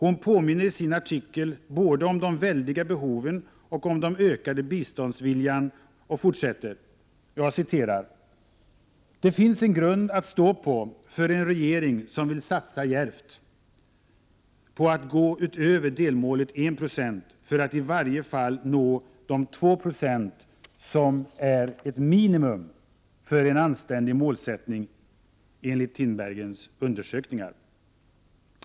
Hon påminner i sin artikel både om de väldiga behoven och om den ökade biståndsviljan och fortsätter: ”Det finns en grund att stå på för en regering som vill satsa djärvt på att gå utöver delmålet 1 procent för att i varje fall nå de 2 procent som är ett minimum för en anständig målsättning enligt Tinbergens undersökningar”.